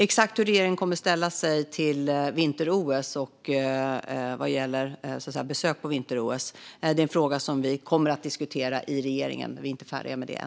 Exakt hur regeringen kommer att ställa sig till vinter-OS och att så att säga besöka vinter-OS är en fråga som vi kommer att diskutera i regeringen. Vi är inte färdiga med det än.